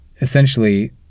essentially